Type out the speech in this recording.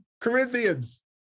Corinthians